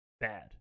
bad